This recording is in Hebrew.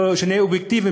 אם נהיה אובייקטיביים,